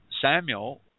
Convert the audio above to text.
Samuel